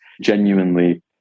genuinely